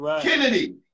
Kennedy